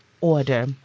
order